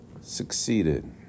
succeeded